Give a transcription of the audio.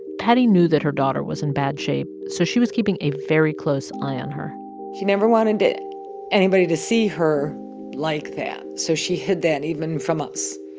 patty knew that her daughter was in bad shape. so she was keeping a very close eye on her she never wanted anybody to see her like that. so she hid that even from us.